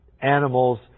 animals